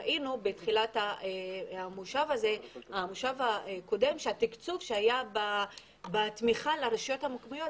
ראינו בתחילת המושב הקודם שהתקצוב שהיה בתמיכה לרשויות המקומיות,